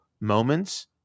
moments